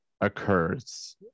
occurs